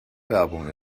werbung